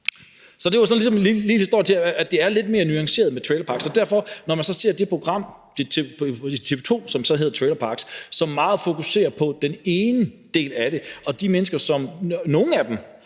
Så det var lige en historie om, at det er lidt mere nuanceret med trailerparks. Når man så ser det program på TV 2, som så hedder »Trailerpark Danmark«, og som meget fokuserer på den ene del af det, altså i forhold til nogle af de